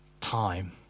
time